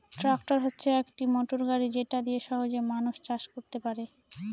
tractor হচ্ছে একটি motor গাড়ি যেটা দিয়ে সহজে মানুষ চাষ করতে পারে